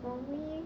for me